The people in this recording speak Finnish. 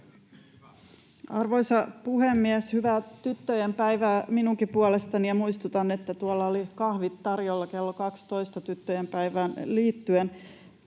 Arvoisa puhemies! Hyvää tyttöjen päivää minunkin puolestani, ja muistutan, että tuolla oli kahvit tarjolla kello 12 tyttöjen päivään liittyen.